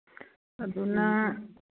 ꯑꯗꯨ ꯅꯪ